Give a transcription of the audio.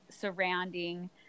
surrounding